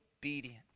obedient